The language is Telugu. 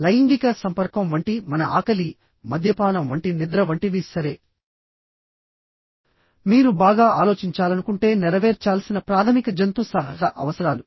లైంగిక సంపర్కం వంటి మన ఆకలి మద్యపానం వంటి నిద్ర వంటివి సరే మీరు బాగా ఆలోచించాలనుకుంటే నెరవేర్చాల్సిన ప్రాథమిక జంతు సహజ అవసరాలు